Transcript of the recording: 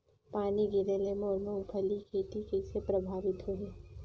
पानी गिरे ले मोर मुंगफली खेती कइसे प्रभावित होही?